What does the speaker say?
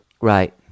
Right